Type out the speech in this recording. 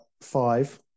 five